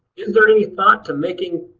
is there any thought to making